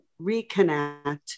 reconnect